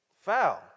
Foul